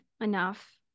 enough